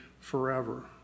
forever